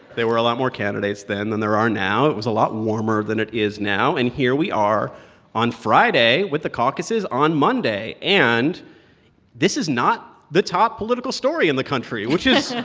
there were a lot more candidates then than there are now. it was a lot warmer than it is now. and here we are on friday, with the caucuses on monday. and this is not the top political story in the country, which is.